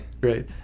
great